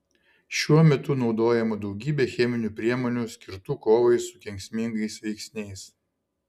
šiuo metu naudojama daugybė cheminių priemonių skirtų kovai su kenksmingais veiksniais